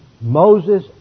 Moses